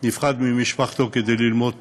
נפרד ממשפחתו כדי ללמוד טוב.